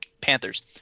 Panthers